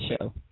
show